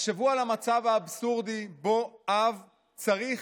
תחשבו על המצב האבסורדי שבו אב צריך